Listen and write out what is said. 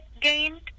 gained